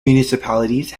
municipalities